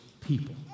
people